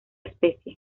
especie